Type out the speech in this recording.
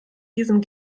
diesem